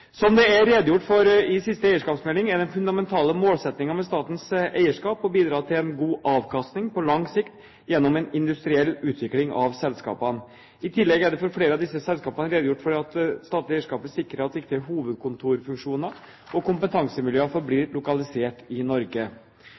Som det er redegjort for i siste eierskapsmelding, er den fundamentale målsettingen med statens eierskap å bidra til en god avkastning på lang sikt gjennom en industriell utvikling av selskapene. I tillegg er det for flere av disse selskapene redegjort for at det statlige eierskapet sikrer at viktige hovedkontorfunksjoner og kompetansemiljøer forblir lokalisert i Norge.